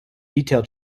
detail